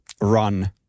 run